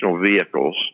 vehicles